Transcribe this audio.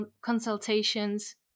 consultations